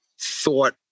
thought